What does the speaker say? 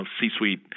C-suite